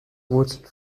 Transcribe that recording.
wurzel